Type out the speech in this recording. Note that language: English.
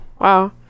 Wow